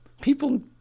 people –